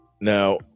Now